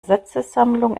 sätzesammlung